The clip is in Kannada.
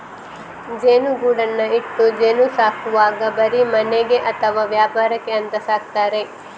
ಜೇನುಗೂಡನ್ನ ಇಟ್ಟು ಜೇನು ಸಾಕುವಾಗ ಬರೀ ಮನೆಗೆ ಅಥವಾ ವ್ಯಾಪಾರಕ್ಕೆ ಅಂತ ಸಾಕ್ತಾರೆ